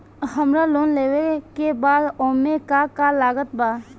हमरा लोन लेवे के बा ओमे का का लागत बा?